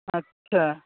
اچھا